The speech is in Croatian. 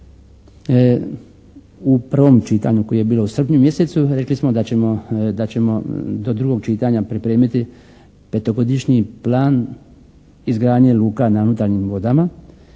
u prvom čitanju koje je bilo u srpnju mjesecu rekli smo da ćemo do drugog čitanja pripremiti petogodišnji plan izgradnje luka na unutarnjim vodama